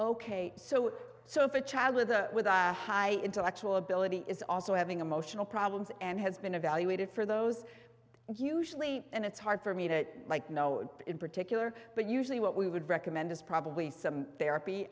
ok so so if a child with a high intellectual ability is also having emotional problems and has been evaluated for those usually and it's hard for me to like know in particular but usually what we would recommend is probably some therapy